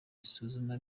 isuzuma